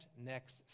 next